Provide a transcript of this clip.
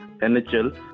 NHL